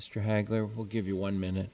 straggler will give you one minute